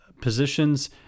positions